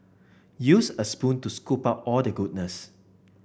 use a spoon to scoop out all the goodness